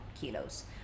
kilos